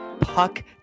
puck